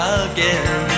again